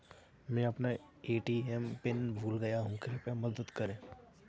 मैं अपना ATM PIN भूल गया हूँ, कृपया मदद करें